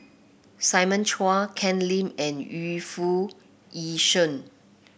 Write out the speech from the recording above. Simon Chua Ken Lim and Yu Foo Yee Shoon